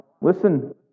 Listen